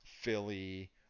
Philly